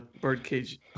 birdcage